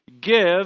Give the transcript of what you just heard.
Give